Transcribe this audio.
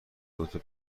دوتا